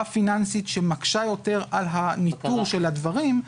פיננסית שמקשה יותר על הניטור של הדברים,